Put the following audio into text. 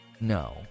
No